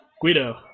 Guido